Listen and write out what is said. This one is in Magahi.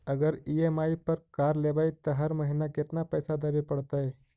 अगर ई.एम.आई पर कार लेबै त हर महिना केतना पैसा देबे पड़तै?